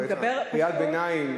קריאת ביניים,